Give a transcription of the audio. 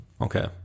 Okay